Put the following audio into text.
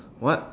what